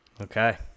Okay